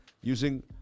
using